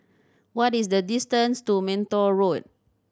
what is the distance to Minto Road